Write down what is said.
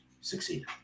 succeed